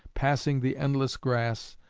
passing the endless grass,